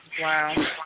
Wow